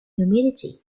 humidity